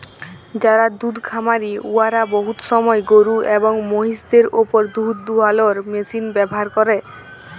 যারা দুহুদ খামারি উয়ারা বহুত সময় গরু এবং মহিষদের উপর দুহুদ দুয়ালোর মেশিল ব্যাভার ক্যরে